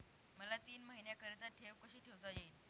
मला तीन महिन्याकरिता ठेव कशी ठेवता येईल?